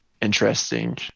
interesting